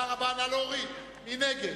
מי נגד?